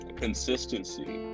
consistency